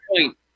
point